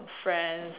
friends